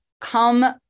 come